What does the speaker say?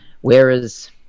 whereas